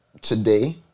today